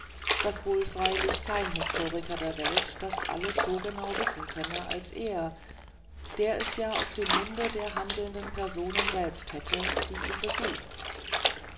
daß wohl freilich kein historiker der welt das alles so genau wissen könne als er der es ja aus dem munde der handelnden personen selbst hätte die ihn besucht